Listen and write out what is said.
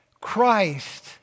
Christ